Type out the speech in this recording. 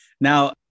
now